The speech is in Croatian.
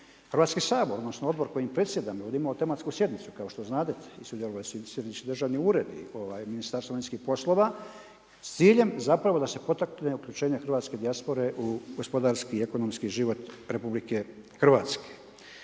Hrvatski sabor, odnosno odbor kojim predsjedam je imao tematsku sjednicu kao što znadete i sudjelovao je središnji državni ured i Ministarstvo vanjskih poslova s ciljem da se potakne uključenje hrvatske dijaspore u gospodarski i ekonomski život RH.